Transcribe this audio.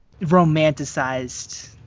romanticized